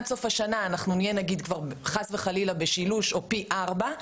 עד סוף השנה אנחנו נהיה חס וחלילה בשילוש או פי ארבע.